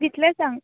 हां कितले सांग